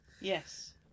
Yes